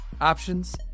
options